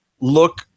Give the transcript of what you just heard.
look